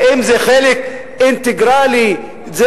האם זה חלק אינטגרלי, זה